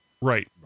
Right